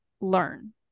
learn